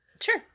Sure